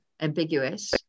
ambiguous